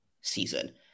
season